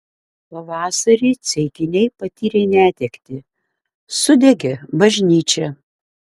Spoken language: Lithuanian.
pavasarį ceikiniai patyrė netektį sudegė bažnyčia